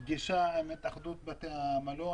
היתה לנו פגישה עם התאחדות בתי המלון,